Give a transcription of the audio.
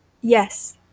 Yes